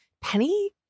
Penny